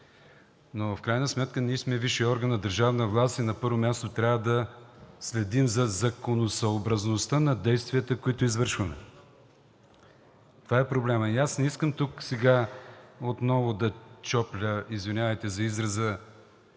но в крайна сметка ние сме висшият орган на държавната власт и на първо място трябва да следим за законосъобразността на действията, които извършваме. Това е проблемът. И аз не искам тук сега отново да чопля, извинявайте за израза,